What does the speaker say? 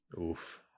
Oof